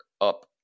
up